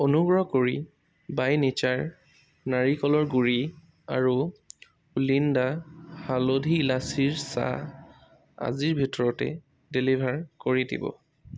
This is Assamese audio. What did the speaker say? অনুগ্ৰহ কৰি বাই নেচাৰ নাৰিকলৰ গুড়ি আৰু ওলিণ্ডা হলধি ইলাচিৰ চাহ আজিৰ ভিতৰতে ডেলিভাৰ কৰি দিব